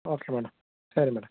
okay madam சரி madam